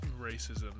racism